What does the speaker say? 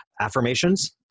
Affirmations